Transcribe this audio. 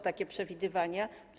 Takie są przewidywania.